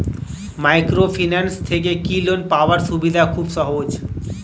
Microfinance থেকে কি loan পাওয়ার সুবিধা খুব সহজ?